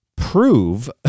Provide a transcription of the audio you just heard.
Prove